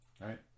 Right